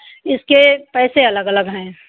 इसके पैसे अलग अलग हैं